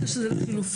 ברגע שזה לחלופין,